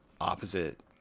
opposite